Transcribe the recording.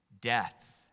Death